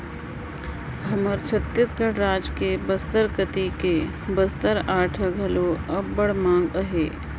हमर छत्तीसगढ़ राज के बस्तर कती के बस्तर आर्ट ह घलो अब्बड़ मांग अहे